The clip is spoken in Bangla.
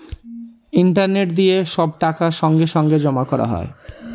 ইন্টারনেট দিয়ে সব টাকা সঙ্গে সঙ্গে জমা করা হয়